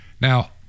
Now